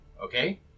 Okay